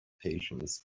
patience